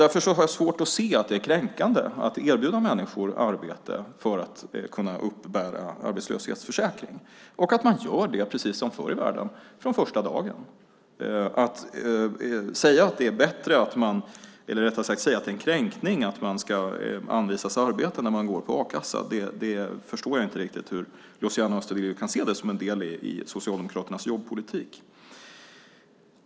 Därför har jag svårt att se att det är kränkande att erbjuda människor arbete för att de ska kunna uppbära arbetslöshetsförsäkring och att man, precis som förr i världen, gör det från första dagen. Talet om att det är en kränkning att man ska anvisas arbete när man går på a-kassa förstår jag inte. Jag förstår inte riktigt hur Luciano Astudillo kan se det som en del i Socialdemokraternas jobbpolitik.